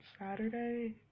saturday